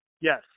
Yes